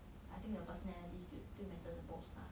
I think the personality still matter the most lah